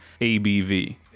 ABV